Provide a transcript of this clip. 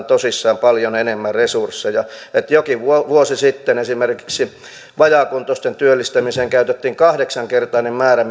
tosissaan paljon enemmän resursseja jokin vuosi sitten esimerkiksi vajaakuntoisten työllistämiseen käytettiin kahdeksan kertainen määrä